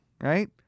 Right